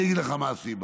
אני אגיד לך מה הסיבה.